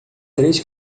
três